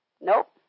Nope